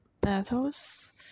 battles